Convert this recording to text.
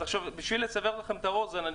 אז בשביל לסבר לכם את האוזן,